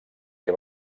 que